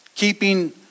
keeping